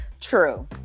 True